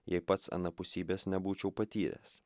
jei pats anapusybės nebūčiau patyręs